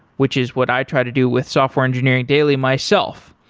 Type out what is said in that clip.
which is what i try to do with software engineering daily myself,